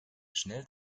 schnell